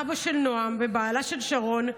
אבא של נעם ובעלה של שרון,